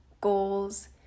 goals